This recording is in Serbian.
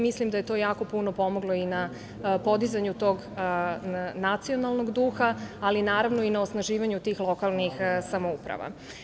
Mislim da je to jako puno pomoglo i na podizanju tog nacionalnog duha, ali i na osnaživanju tih lokalnih samouprava.